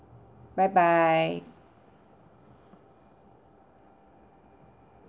bye bye